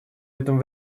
этом